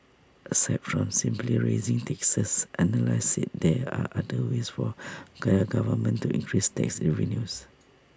aside from simply raising taxes analysts said there are other ways for government to increase tax revenues